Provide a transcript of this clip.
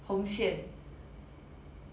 红线